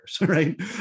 right